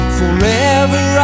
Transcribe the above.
forever